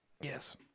Yes